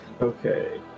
Okay